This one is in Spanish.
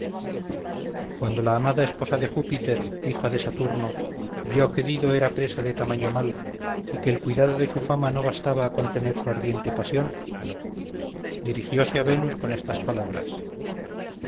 cuando la amada esposa de júpiter hija de saturno vio que dido era presa de tamaño mal y que el cuidado de su fama no bastaba a contener su ardiente pasión dirigiose a venus con estas palabras